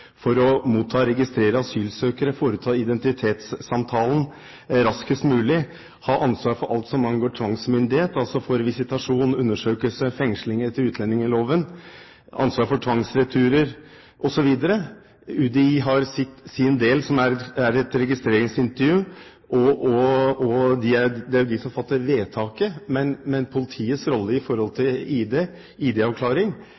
for å motta og registrere asylsøkere, foreta identitetssamtalen raskest mulig, ha ansvar for alt som angår tvangsmyndighet – altså visitasjon, undersøkelse, fengsling etter utlendingsloven, ansvar for tvangsreturer, osv. UDI har sin del, som er et registreringsintervju, og det er jo de som fatter vedtaket. Men politiets rolle når det gjelder ID-avklaring, vil være på plass, som i